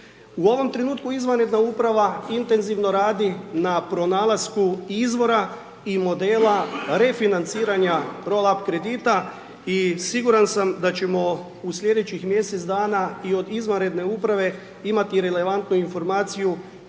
U ovom trenutku izvanredna uprava intenzivno radi na pronalasku izvora i modela refinanciranja roll up kredita, i siguran sam da ćemo u sljedećih mjesec dana izvanredne uprave, imati relevantnu informaciju,